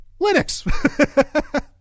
linux